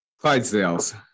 clydesdale's